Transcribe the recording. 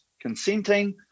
consenting